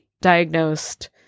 diagnosed